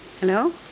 Hello